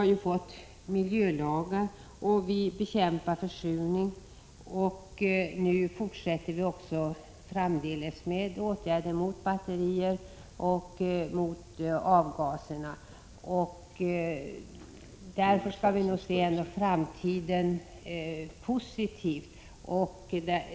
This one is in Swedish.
Vi har fått miljölagar, vi bekämpar försurningen, och nu fortsätter vi också framdeles med åtgärder mot batterier och avgaser. Därför bör vi nog se positivt på framtiden.